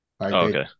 Okay